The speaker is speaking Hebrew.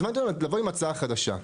הזמנתי אותם לבוא עם הצעה חדשה.